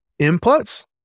inputs